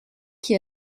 qui